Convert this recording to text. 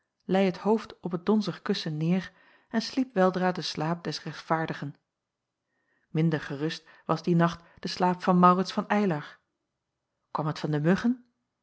leî het hoofd op het donzig kussen neêr en sliep weldra den slaap des rechtvaardigen minder gerust was die nacht de slaap van maurits van eylar kwam het van de muggen